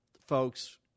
folks